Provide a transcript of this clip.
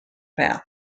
path